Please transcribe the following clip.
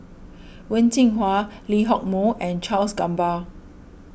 Wen Jinhua Lee Hock Moh and Charles Gamba